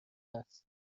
است